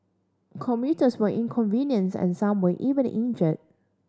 commuters were inconvenienced and some were even injured